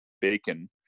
bacon